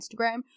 Instagram